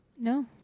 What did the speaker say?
No